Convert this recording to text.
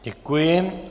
Děkuji.